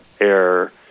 air